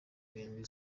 irindwi